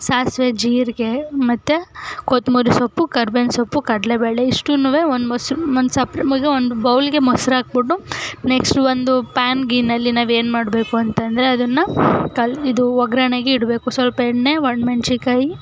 ಸಾಸಿವೆ ಜೀರಿಗೆ ಮತ್ತೆ ಕೊತ್ತಂಬ್ರಿ ಸೊಪ್ಪು ಕರ್ಬೇವಿನ ಸೊಪ್ಪು ಕಡಲೆಬೇಳೆ ಇಷ್ಟನ್ನೂ ಒಂದು ಮೊಸರು ಒಂದು ಸಪ್ರೇ ಈಗ ಒಂದು ಬೌಲಿಗೆ ಮೊಸರಾಕ್ಬಿಟ್ಟು ನೆಕ್ಸ್ಟು ಒಂದು ಪ್ಯಾನ್ ಗಿನಲ್ಲಿ ನಾವೇನು ಮಾಡಬೇಕು ಅಂತ ಅಂದ್ರೆ ಅದನ್ನು ಕಳ್ ಇದು ಒಗ್ಗರಣೆಗಿಡ್ಬೇಕು ಸ್ವಲ್ಪ ಎಣ್ಣೆ ಒಣಮೆಣ್ಸಿನ್ಕಾಯಿ